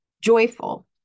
joyful